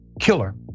killer